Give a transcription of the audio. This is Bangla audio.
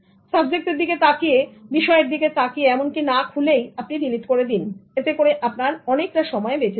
সাবজেক্ট এর দিকে তাকিয়ে বিষয়ের দিকে তাকিয়ে এমনকি না খুলেই আপনি ডিলিট করে দিন এতে করে আপনার অনেকটা সময় বেচে যাবে